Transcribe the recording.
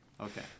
okay